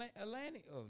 Atlantic